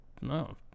no